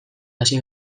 hasi